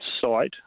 Site